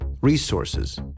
resources